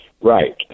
Right